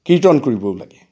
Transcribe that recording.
কীৰ্তন কৰিবও লাগে